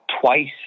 twice